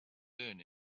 learn